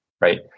right